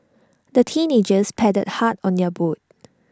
the teenagers paddled hard on their boat